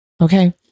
Okay